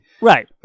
right